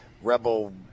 Rebel